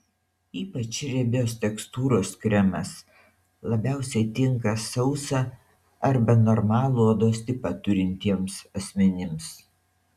ypač riebios tekstūros kremas labiausiai tinka sausą arba normalų odos tipą turintiems asmenims